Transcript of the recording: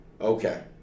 Okay